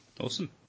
Awesome